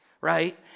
right